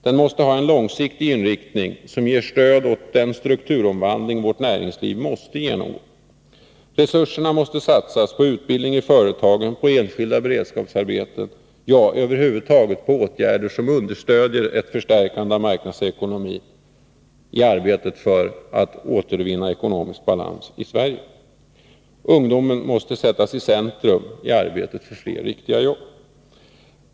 Den måste ha en långsiktig inriktning som ger stöd åt den strukturomvandling näringslivet måste genomgå. Resurserna måste satsas på utbildning i företagen och på enskilda beredskapsarbeten — ja, över huvud taget på åtgärder som understödjer ett förstärkande av marknadsekonomin, i arbetet för att återvinna ekonomisk balans i Sverige. Ungdomen måste sättas i centrum i arbetet för fler riktiga jobb.